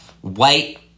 white